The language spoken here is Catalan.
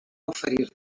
oferir